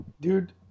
dude